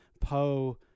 Poe